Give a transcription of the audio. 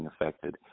affected